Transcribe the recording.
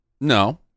No